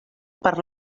per